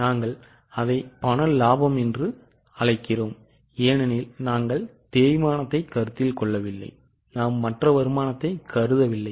நாங்கள் அதை பண லாபம் என்று அழைக்கிறோம் ஏனெனில் நாங்கள் தேய்மானத்தை கருத்தில் கொள்ளவில்லை நாம் மற்ற வருமானத்தை கருதவில்லை